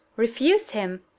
refuse him!